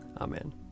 Amen